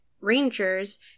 rangers